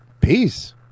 Peace